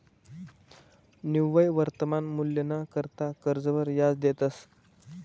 निव्वय वर्तमान मूल्यना करता कर्जवर याज देतंस